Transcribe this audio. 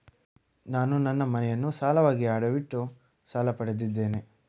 ನಾನು ನನ್ನ ಮನೆಯನ್ನು ಸಾಲವಾಗಿ ಅಡವಿಟ್ಟು ಸಾಲ ಪಡೆದಿದ್ದೇನೆ